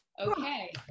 Okay